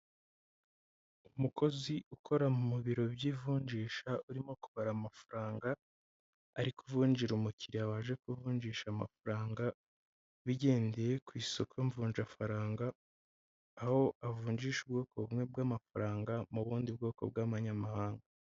Umukozi ukora mu biro by'ivunjisha urimo kubara amafaranga ariko uvunjira umukiriya waje ku kuvunjisha amafaranga bigendeye ku isuku mvunjafaranga aho avunjisha ubwoko bumwe bw'amafaranga mu bundi bwoko bw'amanyamahanga.